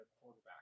quarterback